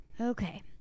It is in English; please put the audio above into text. Okay